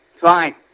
fine